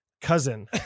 cousin